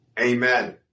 Amen